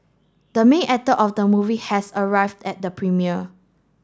the main actor of the movie has arrived at the premiere